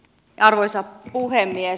arvoisa puhemies